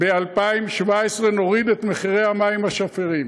ב-2017 נוריד את מחירי המים השפירים.